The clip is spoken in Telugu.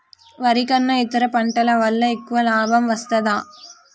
వరి కన్నా ఇతర పంటల వల్ల ఎక్కువ లాభం వస్తదా?